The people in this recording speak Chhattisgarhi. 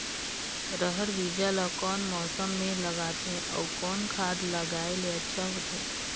रहर बीजा ला कौन मौसम मे लगाथे अउ कौन खाद लगायेले अच्छा होथे?